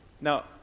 Now